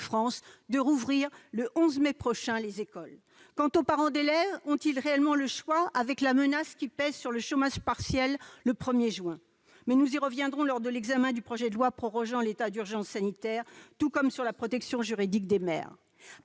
de rouvrir le 11 mai prochain les écoles. Quant aux parents d'élèves, ont-ils réellement le choix avec la menace qui pèse sur le chômage partiel le 1 juin ? Mais nous y reviendrons lors de l'examen du projet de loi prorogeant l'état d'urgence sanitaire, tout comme sur la protection juridique des maires.